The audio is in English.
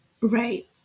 Right